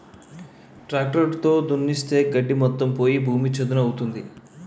tractor తో దున్నిస్తే గడ్డి మొత్తం పోయి భూమి చదును అవుతుంది